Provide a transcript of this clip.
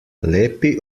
lepi